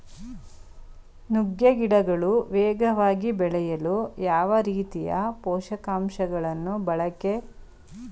ನುಗ್ಗೆ ಗಿಡಗಳು ವೇಗವಾಗಿ ಬೆಳೆಯಲು ಯಾವ ರೀತಿಯ ಪೋಷಕಾಂಶಗಳನ್ನು ಬಳಕೆ ಮಾಡಬೇಕು?